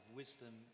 wisdom